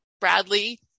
Bradley